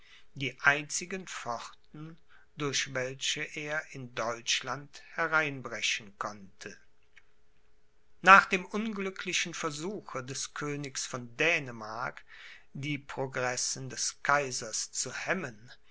die einzigen pforten durch welche er in deutschland hereinbrechen konnte nach dem unglücklichen versuche des königs von dänemark die progressen des kaisers zu hemmen